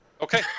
Okay